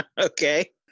Okay